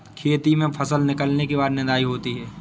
खेती में फसल निकलने के बाद निदाई होती हैं?